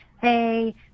hey